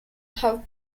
have